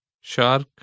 Shark